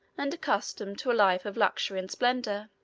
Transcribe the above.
and accustomed to a life of luxury and splendor.